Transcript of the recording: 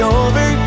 over